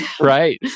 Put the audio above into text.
right